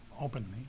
openly